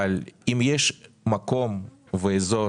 אם יש מקום ואזור